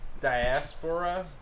Diaspora